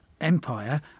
empire